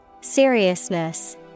Seriousness